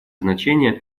значение